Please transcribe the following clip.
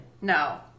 No